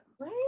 Right